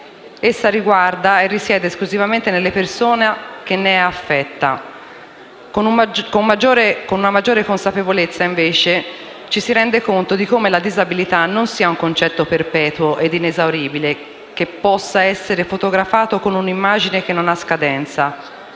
Essa riguarda e risiede esclusivamente nella persona che ne è affetta. Con una maggiore consapevolezza, invece, ci si rende conto di come la disabilità non sia un concetto perpetuo ed inesauribile che possa essere fotografato con un'immagine che non ha scadenza.